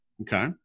Okay